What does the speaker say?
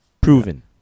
proven